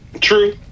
True